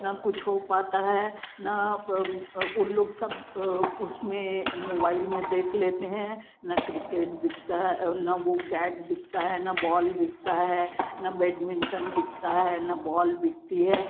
ना कुछ हो पाता है ना आप उन लोग सब उसमें मोवाइल में देख लेते हैं ना क्रिकेट बिकता है ना वो बैट बिकता है ना बॉल बिकता है ना बैडमिंटन बिकता है ना बॉल बिकती है